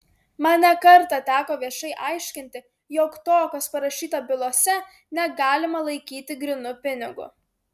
man ne kartą teko viešai aiškinti jog to kas parašyta bylose negalima laikyti grynu pinigu